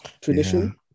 tradition